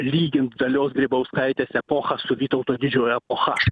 lygint dalios grybauskaitės epochą su vytauto didžiojo epocha